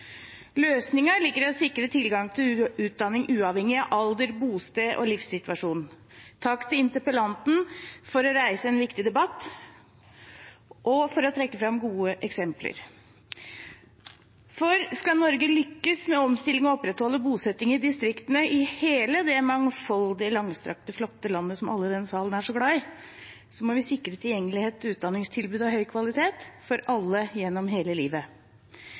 Løsningen ligger i å sikre tilgang til utdanning, uavhengig av alder, bosted og livssituasjon. Takk til interpellanten for å reise en viktig debatt og for å trekke fram gode eksempler. Skal Norge lykkes med omstilling og opprettholde bosettingen i distriktene i hele det mangfoldige, langstrakte og flotte landet som alle i denne salen er så glad i, må vi sikre tilgjengelighet til utdanningstilbud av høy kvalitet for alle gjennom hele livet.